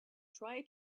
try